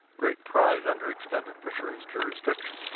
great prize under extended fisheries jurisdiction.